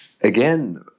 Again